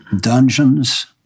dungeons